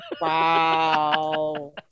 Wow